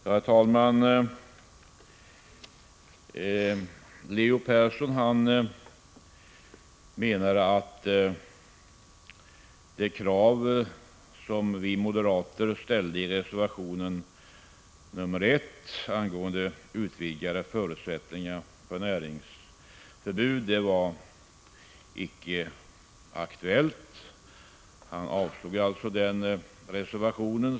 Herr talman! Leo Persson menade att det krav som vi moderater ställer i reservation 1 angående utvidgade förutsättningar för näringsförbud inte var aktuellt. Han yrkade alltså avslag på den reservationen.